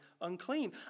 unclean